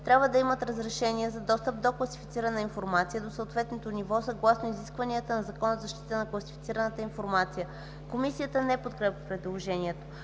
трябва да имат разрешение за достъп до класифицирана информация до съответното ниво, съгласно изискванията на Закона за защита на класифицираната информация.” Комисията не подкрепя предложението.